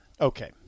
okay